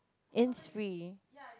in free